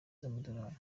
z’amadolari